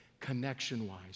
connection-wise